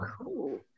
cool